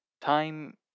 Time